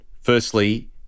firstly